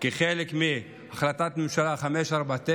כחלק מהחלטת ממשלה 549,